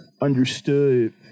understood